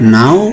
now